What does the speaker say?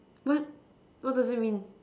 what what does that mean